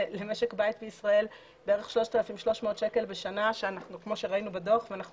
למשק בית בישראל בערך 3,300 שקלים בשנה כמו שראינו בדוח ואנחנו